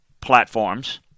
platforms